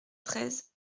treize